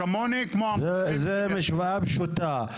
זה משוואה פשוטה.